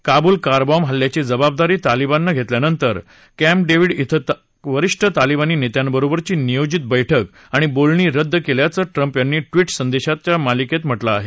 Kabul car bomb हल्ल्याची जबाबदारी तालिबाननं घेतल्यानंतर कॅम्प डेव्हिड इथं वरिष्ठ तालिबानी नेत्यांबरोबरची नियोजित बैठक आणि बोलणी रद्द केल्याचं ट्रम्प यांनी ट्विट संदेशांच्या मालिकेत म्हटलं आहे